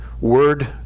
word